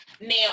Now